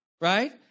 Right